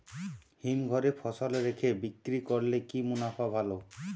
হিমঘরে ফসল রেখে বিক্রি করলে কি মুনাফা ভালো?